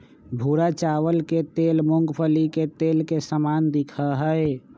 भूरा चावल के तेल मूंगफली के तेल के समान दिखा हई